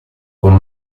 con